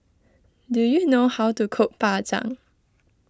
do you know how to cook Bak Chang